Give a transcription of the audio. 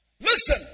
listen